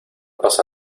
pasa